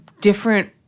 different